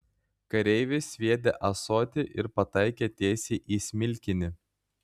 kareivis sviedė ąsotį ir pataikė tiesiai į smilkinį